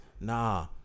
nah